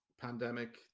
pandemic